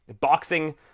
boxing